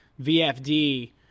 VFD